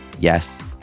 Yes